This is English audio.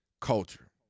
Culture